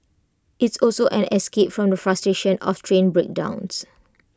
it's also an escape from the frustration of train breakdowns